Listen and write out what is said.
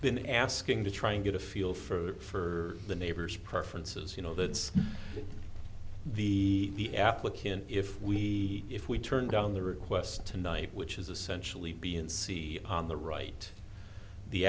been asking to try and get a feel for the neighbors preferences you know that the applicant if we if we turn down the request tonight which is essentially b and c on the right the